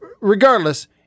regardless